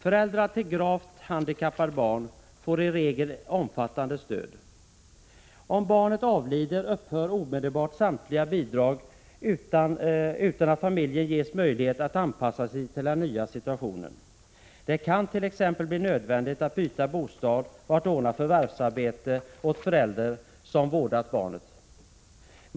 Föräldrar til gravt handikappade barn får i regel ett omfattande stöd. Om barnet avlider, upphör omedelbart samtliga bidrag utan att familjen ges möjlighet att anpassa sig till den nya situationen. Det kan t.ex. bli nödvändigt att byta bostad och att ordna förvärvsarbete åt den förälder som vårdat barnet.